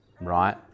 right